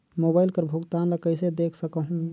Mobile कर भुगतान ला कइसे देख सकहुं?